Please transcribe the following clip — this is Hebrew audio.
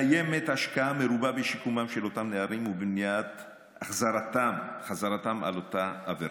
קיימת השקעה מרובה בשיקומם של אותם נערים ובמניעת חזרתם על אותה עבירה.